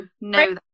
no